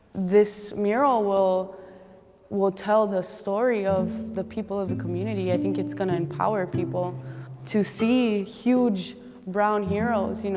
this mural will will tell the story of the people of the community. i think it's gonna empower people to see huge brown heroes, you know,